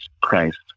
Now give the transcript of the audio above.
christ